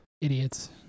Idiots